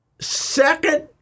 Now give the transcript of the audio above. Second